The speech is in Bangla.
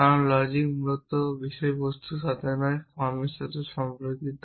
কারণ লজিক মূলত বিষয়বস্তুর সাথে নয় ফর্মের সাথে সম্পর্কিত